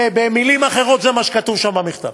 במילים אחרות זה מה שכתוב שם במכתב: